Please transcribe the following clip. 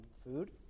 Food